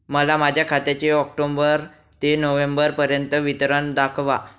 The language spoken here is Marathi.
मला माझ्या खात्याचे ऑक्टोबर ते नोव्हेंबर पर्यंतचे विवरण दाखवा